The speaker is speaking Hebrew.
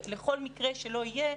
לכל מקרה שלא יהיה,